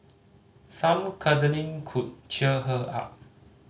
some cuddling could cheer her up